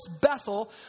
Bethel